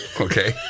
Okay